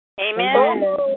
Amen